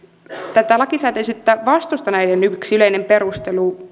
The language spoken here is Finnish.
tätä lakisääteisyyttä vastustaneiden yksi yleinen perustelu